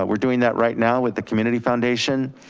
ah we're doing that right now with the community foundation,